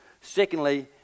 Secondly